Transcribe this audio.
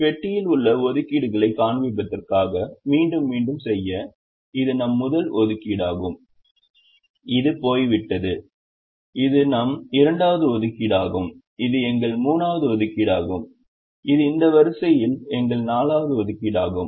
எனவே பெட்டியில் உள்ள ஒதுக்கீடுகளைக் காண்பிப்பதற்காக மீண்டும் மீண்டும் செய்ய இது நம் முதல் ஒதுக்கீடாகும் இது போய்விட்டது இது நம் இரண்டாவது ஒதுக்கீடாகும் இது எங்கள் 3 வது ஒதுக்கீடாகும் இது இந்த வரிசையில் எங்கள் 4 வது ஒதுக்கீடாகும்